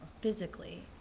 physically